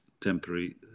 temporary